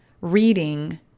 reading